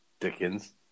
Dickens